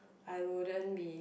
I wouldn't be